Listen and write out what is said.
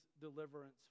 deliverance